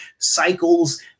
cycles